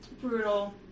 brutal